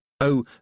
Oh